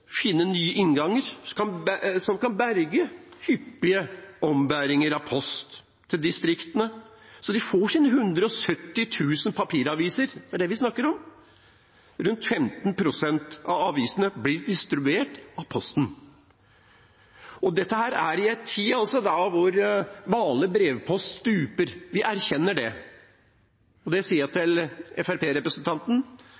finne nye innganger som kan berge hyppige ombæringer av post til distriktene, så de får sine 170 000 papiraviser. Det er det vi snakker om. Rundt 15 pst. av avisene blir distribuert av Posten. Dette er i en tid der vanlig brevpost stuper, vi erkjenner det. Det sier